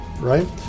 Right